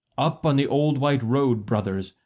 up on the old white road, brothers,